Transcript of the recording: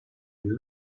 due